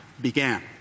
began